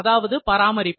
அதாவது பராமரிப்பு